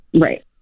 Right